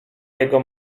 jego